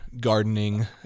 gardening